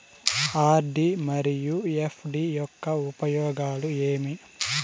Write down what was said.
RD మరియు FD యొక్క ఉపయోగాలు ఏమి?